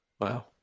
Wow